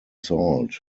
salt